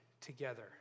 together